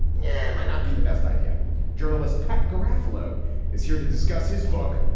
yeah may not be the best idea journalist pat garafolo is here to discuss his book,